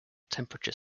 temperature